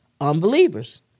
unbelievers